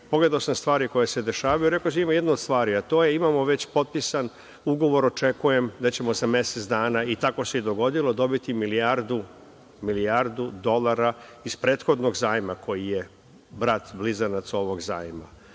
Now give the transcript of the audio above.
pogledao stvari koje se dešavaju i rekao sam im jednu od stvar, a to je, imamo već potpisan ugovor, očekujem da ćemo za mesec dana, i tako se i dogodilo, dobiti milijardu dolara iz prethodnog zajma koji je brat blizanac ovog zajma